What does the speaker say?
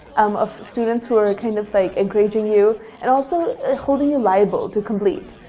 um of students who are kind of like encouraging you, and also holding you liable to complete,